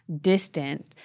distant